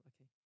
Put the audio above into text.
Okay